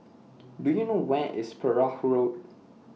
Do YOU know Where IS Perahu Road